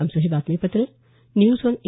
आमचं हे बातमीपत्र न्यूज ऑन ए